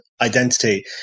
identity